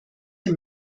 dem